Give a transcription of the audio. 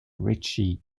ritchie